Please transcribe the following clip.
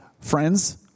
Friends